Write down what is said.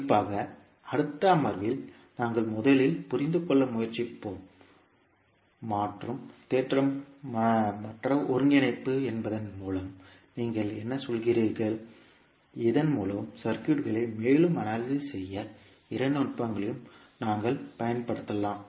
குறிப்பாக அடுத்த அமர்வில் நாங்கள் முதலில் புரிந்துகொள்ள முயற்சிப்போம் மாற்றும் தேற்றம் மற்றும் மாற்ற ஒருங்கிணைப்பு என்பதன் மூலம் நீங்கள் என்ன சொல்கிறீர்கள் இதன் மூலம் சர்க்யூட்களை மேலும் அனாலிசிஸ் செய்ய இரண்டு நுட்பங்களையும் நாங்கள் பயன்படுத்தலாம்